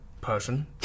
person